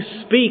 speak